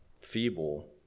feeble